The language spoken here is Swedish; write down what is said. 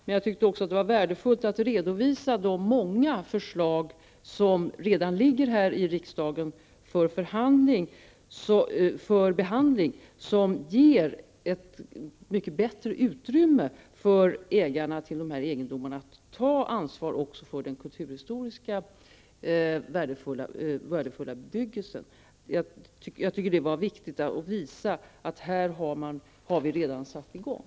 Men jag tyckte också att det var värdefullt att redovisa de många förslag som redan ligger här i riksdagen för behandling, förslag som ger ett mycket bättre utrymme för ägarna till de här egendomarna att ta ansvar också för den kulturhistoriskt värdefulla bebyggelsen. Jag tyckte att det var viktigt att visa att vi här redan har satt i gång.